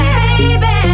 baby